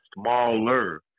smaller